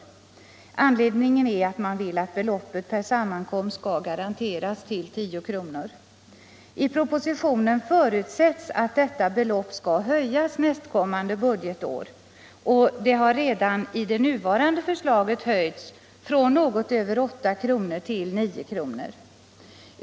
Anledningen är att man vill att beloppet per sammankomst skall garanteras till 10 kr. I propositionen förutsätts att detta belopp skall höjas nästkommande budgetår, och det har redan i det nuvarande förslaget höjts från något över 8 kr. till 9 kr.